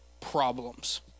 problems